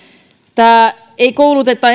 tämä ei kouluteta